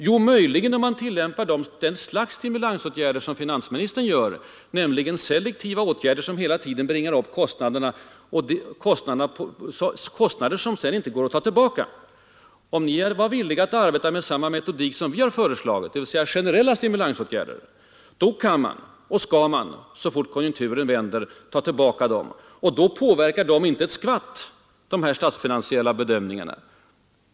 Jo, möjligen om man tillämpar det slags stimulansåtgärder som finansministern gör, nämligen selektiva åtgärder som hela tiden bringar upp kostnaderna — kostnader som sedan inte går att ta tillbaka. Om ni var villiga att arbeta med samma metodik som vi har föreslagit, dvs. generella stimulansåtgärder, hade ni så fort konjunkturen vänt kunnat ta tillbaka dem. Då påverkar de inte ett skvatt de statsfinansiella bedömningarna.